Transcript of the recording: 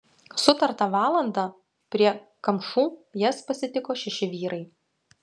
sutartą valandą prie kamšų jas pasitiko šeši vyrai